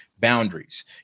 boundaries